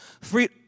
free